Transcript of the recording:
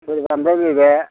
गय फानग्रा जोंनि बेयाव